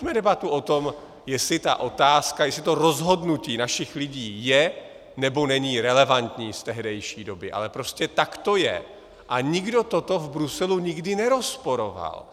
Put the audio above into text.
A veďme debatu o tom, jestli ta otázka, jestli to rozhodnutí našich lidí je, nebo není relevantní z tehdejší doby, ale prostě tak to je a nikdo toto v Bruselu nikdy nerozporoval.